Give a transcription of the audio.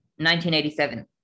1987